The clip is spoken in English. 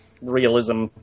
realism